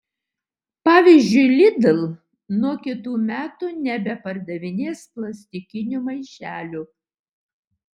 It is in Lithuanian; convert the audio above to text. pavyzdžiui lidl nuo kitų metų nebepardavinės plastikinių maišelių